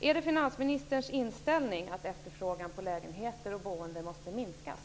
Är det finansministerns inställning att efterfrågan på lägenheter och annat boende måste minskas?